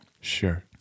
Sure